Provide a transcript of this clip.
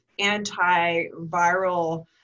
antiviral